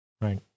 right